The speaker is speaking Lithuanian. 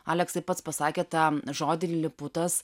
aleksai pats pasakėte žodį liliputas